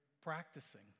practicing